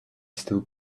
still